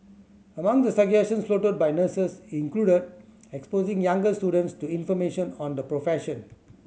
among the suggestions floated by nurses included exposing younger students to information on the profession